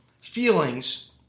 feelings